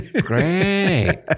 great